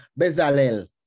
Bezalel